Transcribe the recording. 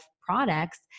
products